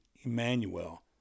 Emmanuel